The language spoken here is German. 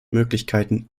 möglichkeiten